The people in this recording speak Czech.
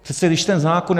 Přece když ten zákon...